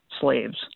slaves